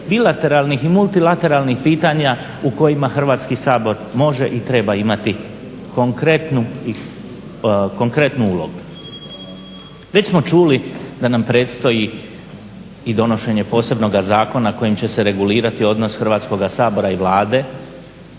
bilateralnih i multilateralnih pitanja u kojima Hrvatski sabor može i treba imati konkretnu ulogu. Već smo čuli da nam predstoji i donošenje posebnoga zakona kojim će se regulirati odnos Hrvatskog sabora i Vlade